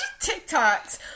TikToks